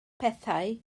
pethau